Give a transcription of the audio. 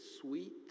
sweet